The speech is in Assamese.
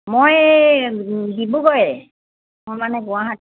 মই এই ডিব্ৰুগড়ৰেই মই মানে গুৱাহাটীত